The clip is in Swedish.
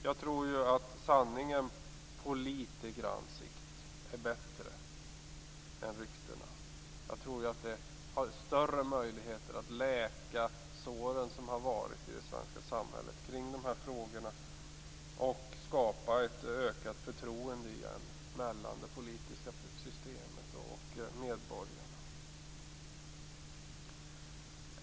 Jag tror att sanningen på litet sikt är bättre än ryktena. Jag tror att den har större möjlighet att läka såren i det svenska samhället efter de här frågorna och återskapa ett ökat förtroende mellan det politiska systemet och medborgarna.